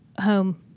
home